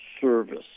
service